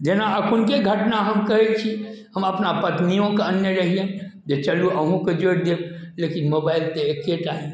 जेना अखुनके घटना हम कहै छी हम अपना पत्नियोके अननै रहियनि जे चलू अहुँके जोड़ि देब लेकिन मोबाइल तऽ एकेटा रहए